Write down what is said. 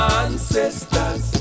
ancestors